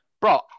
Bro